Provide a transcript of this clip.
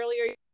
earlier